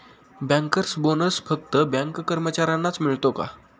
Bankers bonus फक्त bank कर्मचाऱ्यांनाच मिळतो का?